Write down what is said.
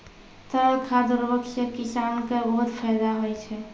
तरल खाद उर्वरक सें किसान क बहुत फैदा होय छै